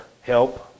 help